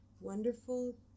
wonderful